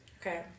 Okay